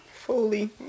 Fully